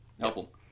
helpful